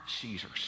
Caesar's